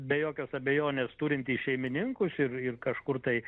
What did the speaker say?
be jokios abejonės turintys šeimininkus ir ir kažkur tai